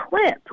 clip